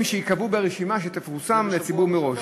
שייקבעו ברשימה שתפורסם לציבור מראש,